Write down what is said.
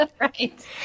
Right